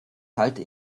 halte